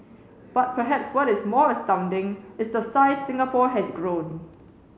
but perhaps what is more astounding is the size Singapore has grown